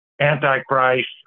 antichrist